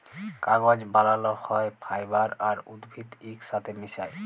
কাগজ বালাল হ্যয় ফাইবার আর উদ্ভিদ ইকসাথে মিশায়